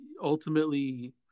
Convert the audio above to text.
ultimately